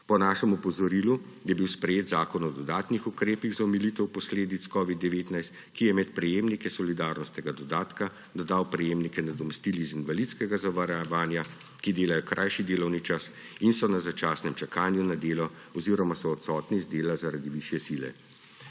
Po našem opozorilu je bil sprejet Zakon o dodatnih ukrepih za omilitev posledic COVID-19, ki je med prejemnike solidarnostnega dodatka dodal prejemnike nadomestil iz invalidskega zavarovanja, ki delajo krajši delovni čas in so na začasnem čakanju na delo oziroma so odsotni z dela zaradi višje sile.